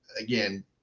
again